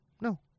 No